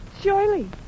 Surely